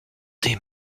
tes